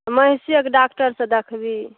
महिषीके डाक्टरसँ देखबी